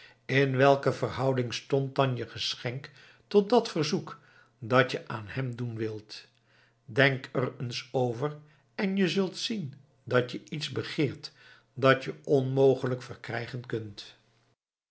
in welke verhouding stond dan je geschenk tot dat verzoek dat je aan hem doen wilt denk er eens over en je zult zien dat je iets begeert dat je onmogelijk verkrijgen kunt